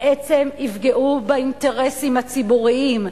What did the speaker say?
בעצם יפגעו באינטרסים הציבוריים.